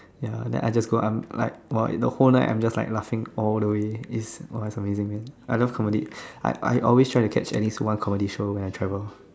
ya then I just go I'm like !wah! you know the whole night I'm just like laughing all the way is !wah! is amazing I love comedy I I always try to catch at least one comedy show when I travel